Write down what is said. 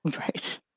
Right